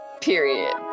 Period